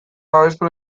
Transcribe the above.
babestu